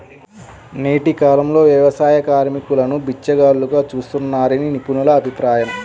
నేటి కాలంలో వ్యవసాయ కార్మికులను బిచ్చగాళ్లుగా చూస్తున్నారని నిపుణుల అభిప్రాయం